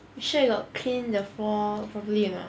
you sure you got clean the floor properly or not